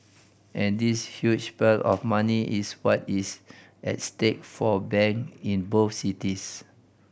and this huge pile of money is what is at stake for bank in both cities